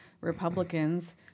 Republicans